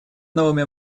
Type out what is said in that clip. новыми